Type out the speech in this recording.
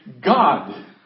God